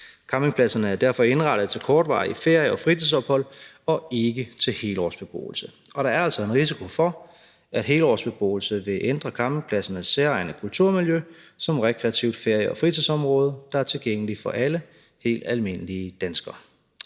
Campingpladserne er derfor indrettet til kortvarige ferie- og fritidsophold og ikke til helårsbeboelse. Og der er altså en risiko for, at helårsbeboelse vil ændre campingpladsernes særegne kulturmiljø som rekreativt ferie- og fritidsområde, der er tilgængelig for alle helt almindelige danskere.